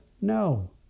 no